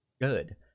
good